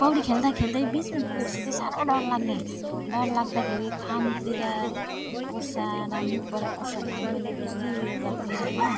पौडी खेल्दाखेल्दै बिचमा पुग्योपछि चाहिँ साह्रो डर लाग्ने डरलाग्दाखेरि कानतिर पस्छ र मुखबाट पस्छ भनेर मैले बेसी ऊ यो गर्थेँ होइन